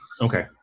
Okay